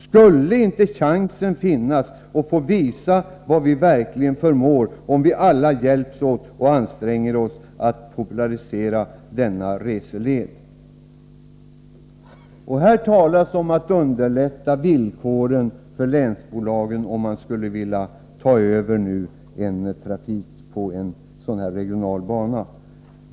Skulle inte chansen finnas att visa vad man verkligen förmår, om alla hjälps åt och anstränger sig att popularisera denna reseled? Här talas om att underlätta villkoren för länsbolagen, om de skulle vilja ta över trafiken på regionala banor.